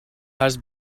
has